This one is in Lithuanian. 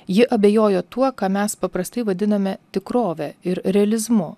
ji abejojo tuo ką mes paprastai vadiname tikrove ir realizmu